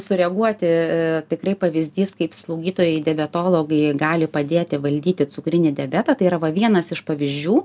sureaguoti tikrai pavyzdys kaip slaugytojai diabetologai gali padėti valdyti cukrinį diabetą tai yra va vienas iš pavyzdžių